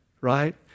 right